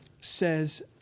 says